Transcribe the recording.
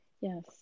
Yes